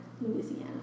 Louisiana